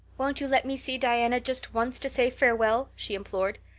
won't you let me see diana just once to say farewell? she implored.